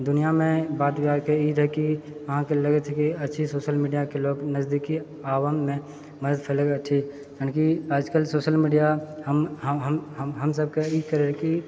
दुनियामे बात ई रहै कि अहाँकेँ लगै छै कि अच्छी सोशल मीडियाके लोक नजदीकी आबऽ मे यानि कि आजकल सोशल मीडिया हम हम हम हमसब कऽ ई करै कि